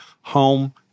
Home